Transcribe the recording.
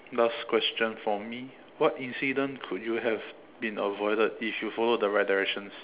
last question for me what incident could you have been avoided if you followed the right directions